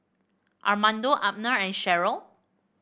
Armando Abner and Cheryll